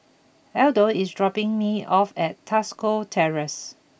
Adolf is dropping me off at Tosca Terrace